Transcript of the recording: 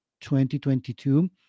2022